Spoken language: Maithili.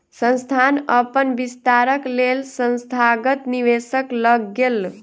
संस्थान अपन विस्तारक लेल संस्थागत निवेशक लग गेल